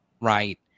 right